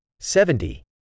Seventy